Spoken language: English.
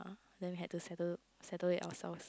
uh then we had to settle settle it ourselves